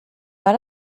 war